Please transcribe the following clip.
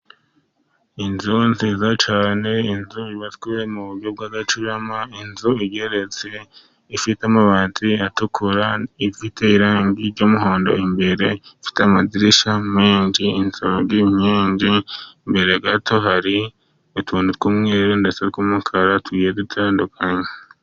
Inzu nziza cyane inzu yubatswe mu buryo bwagacurama, inzu igeretse ifite amabati atukura, ifite irangi ry'umuhondo, imbere ifite amadirisha menshi, inzugi n' inkingi, mbere gato hari utuntu tw'umweru ndetse tw'umukara tugiye dutandukanye.